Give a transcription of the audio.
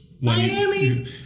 Miami